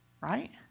Right